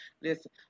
Listen